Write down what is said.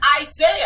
Isaiah